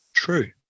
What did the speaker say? True